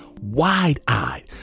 wide-eyed